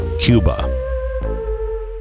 Cuba